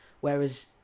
whereas